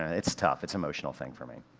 and it's tough, it's emotional thing for me.